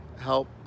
help